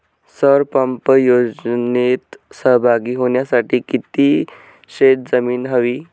सौर पंप योजनेत सहभागी होण्यासाठी किती शेत जमीन हवी?